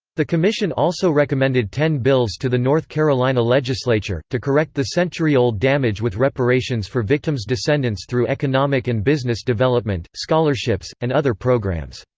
the commission also recommended ten bills to the north carolina legislature, to correct the century-old damage with reparations for victims' descendants through economic and business development, scholarships, and other programs.